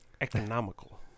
Economical